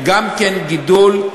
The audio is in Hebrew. גם כן יש גידול.